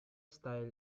style